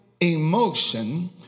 emotion